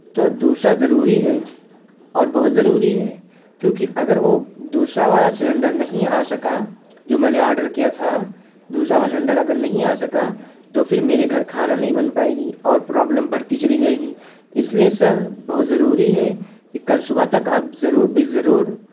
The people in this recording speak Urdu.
تو دوسرا ضروری ہے اور بہت ضروری ہے کیونکہ اگر وہ دوسرا والا سلنڈر نہیں آ سکا جو میں نے آڈر کیا تھا دوسرا والا سلنڈر اگر نہیں آ سکا تو پھر میرے گھر کھانا نہیں بن پائے گی اور پرابلم بڑھتی چلی جائے گی اس لیے سر بہت ضروری ہے کہ کل صبح تک آپ ضرور بالضرور